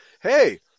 Hey